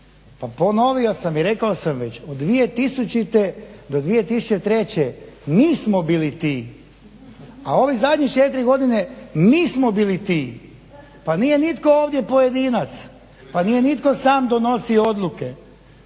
pa ponovio sam i rekao sam već od 2000.do 2003.mi smo bili ti, a ove zadnje 4 godine mi smo bili ti. Pa nije nitko ovdje pojedinac, pa nitko nije sam donosio odluke.